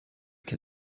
can